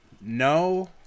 No